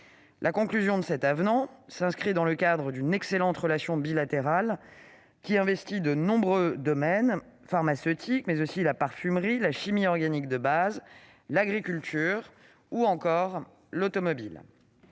La conclusion de cet avenant s'inscrit dans le cadre d'une excellente relation bilatérale, qui investit de nombreux domaines : produits pharmaceutiques, parfumerie, chimie organique de base, agriculture, automobile.